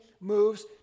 moves